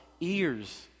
ears